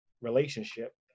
relationship